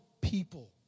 people